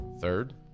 third